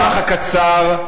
בטווח הקצר,